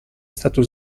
stato